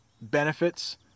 benefits